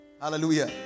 Hallelujah